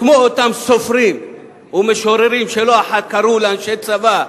כמו אותם סופרים ומשוררים שלא אחת קראו לאנשי צבא,